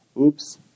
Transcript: oops